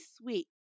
sweet